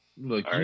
Look